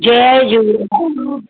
Jay Jhulelal